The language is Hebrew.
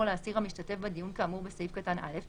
לאסיר המשתתף בדיון כאמור בסעיף קטן (א),